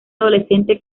adolescente